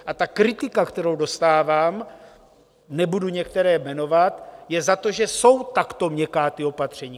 A ta kritika, kterou dostávám, nebudu některé jmenovat, je za to, že jsou takto měkká ta opatření.